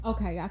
Okay